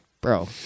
Bro